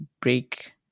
break